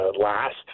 last